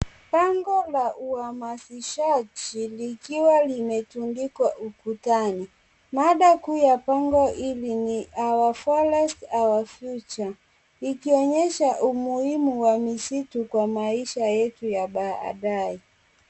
Bango la uamasishaji likiwa limetundikwa ukutani mada ku ya bango hili ni our forest our future ikionyesha umuhimu wa msitu kwa maisha yet ya badae.